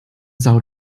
são